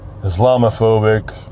Islamophobic